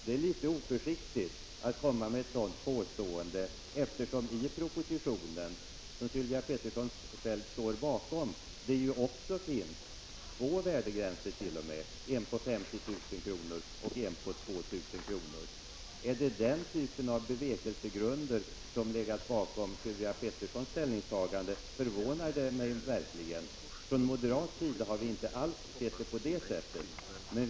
Det är litet oförsiktigt att komma med ett sådant påstående, eftersom det i propositionen, som Sylvia Pettersson själv ställt sig bakom, finns t.o.m. två värdegränser, en på 50 000 kr. och en på 2 000 kr. Är det den typ av bevekelsegrunder som hon här nämnde som ligger bakom Sylvia Petterssons ställningstagande förvånar det mig verkligen. Från moderat sida har vi inte alls sett det på det sätt som Sylvia Pettersson antyder.